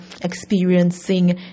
experiencing